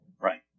Right